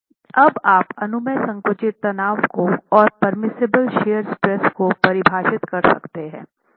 तो अब आप अनुमेय संकुचित तनाव को और पेर्मिसिबल शियर स्ट्रेस को परिभाषित कर सकते है